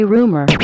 Rumor